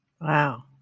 Wow